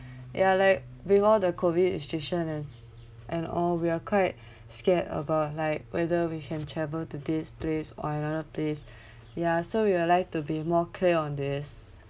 ya like with all the COVID situation ah and all we are quite scared of about like whether we can travel to this place or another place ya so we would like to be more clear on this